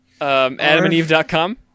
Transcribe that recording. Adamandeve.com